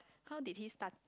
how did he start